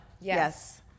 Yes